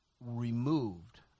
removed